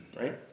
Right